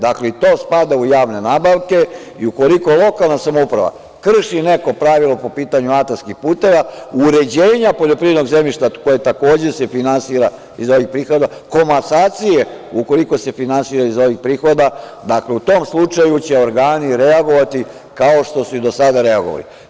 Dakle, to spada u javne nabavke i ukoliko lokalna samouprava krši neko pravilo po pitanju atarskih puteva, uređenja poljoprivrednog zemljišta koje takođe se finansira iz ovih prihoda, komasacije ukoliko se finansira iz ovih prihoda, u tom slučaju će organi reagovati, kao što su i do sada reagovali.